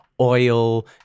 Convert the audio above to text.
oil